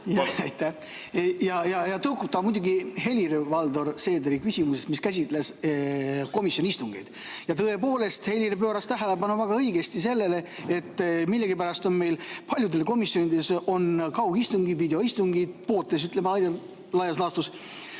Ja tõukub ta muidugi Helir-Valdor Seederi küsimusest, mis käsitles komisjoni istungeid. Tõepoolest, Helir pööras tähelepanu väga õigesti sellele, et millegipärast on meil paljudes komisjonides kaugistungid, videoistungid, laias laastus